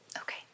Okay